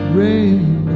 rain